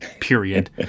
period